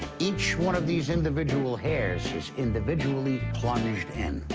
each one of these individual hairs is individually plunged in.